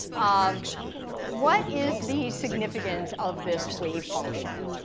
um what is the significance of this wave function?